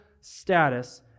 status